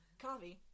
Kavi